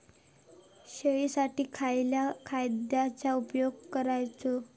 शेळीसाठी खयच्या खाद्यांचो उपयोग करायचो?